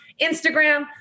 Instagram